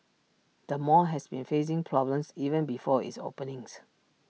the mall has been facing problems even before its openings